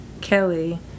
Kelly